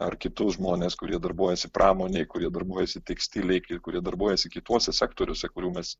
ar kitus žmones kurie darbuojasi pramonėj kurie darbuojasi tekstilėj ir kurie darbuojasi kituose sektoriuose kurių mes